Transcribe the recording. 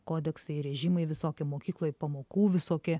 kodeksai režimai visokie mokykloj pamokų visokie